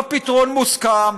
לא פתרון מוסכם,